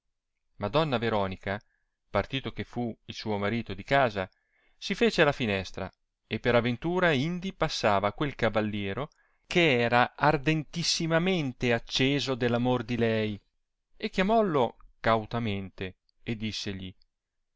madonna veronica partito che fu il suo marito di casa si fece alla finestra e jjer aventura indi passava quel cavalliero che era ardentissimamente acceso dell'amor di lei e chiamoilo cautamente e dissegli